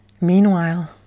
Meanwhile